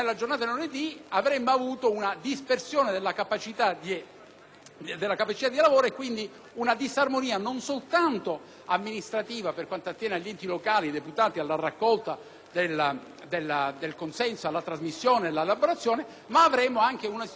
della capacità di lavoro e quindi una disarmonia non soltanto amministrativa per quanto attiene agli enti locali deputati alla raccolta del consenso, alla sua trasmissione ed elaborazione, ma anche una distonia con le esigenze del mondo del lavoro, che il lunedì